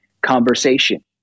conversation